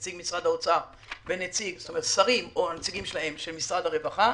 נציג משרד האוצר ושרים של משרד הרווחה